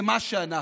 זה מה שאנחנו.